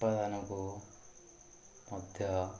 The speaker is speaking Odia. ଉପାଦାନକୁ ମଧ୍ୟ